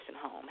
home